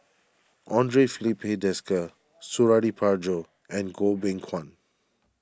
andre Filipe Desker Suradi Parjo and Goh Beng Kwan